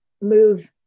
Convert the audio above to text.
move